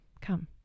come